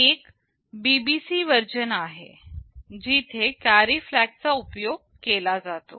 एक BBC version आहे जिथे कॅरी फ्लॅग चा उपयोग केला जातो